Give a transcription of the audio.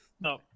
No